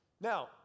Now